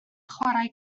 chwarae